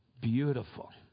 beautiful